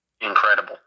incredible